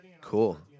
Cool